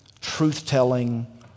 truth-telling